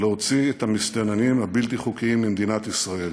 להוציא את המסתננים הבלתי-חוקיים ממדינת ישראל.